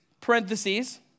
parentheses